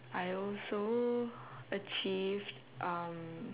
I also achieved um